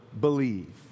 believe